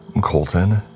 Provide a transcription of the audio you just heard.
Colton